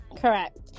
correct